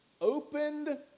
opened